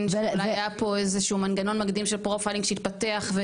שאולי היה פה איזשהו מנגנון מקדים של "פרופיילינג" שהתפתח,